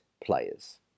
players